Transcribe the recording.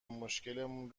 مشکلمون